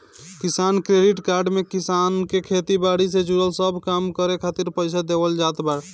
किसान credit card में किसान के खेती बारी से जुड़ल सब काम करे खातिर पईसा देवल जात बा